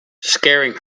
scaring